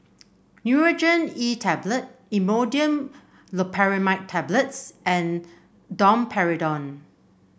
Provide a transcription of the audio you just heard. Nurogen E Tablet Imodium Loperamide Tablets and Domperidone